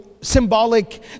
symbolic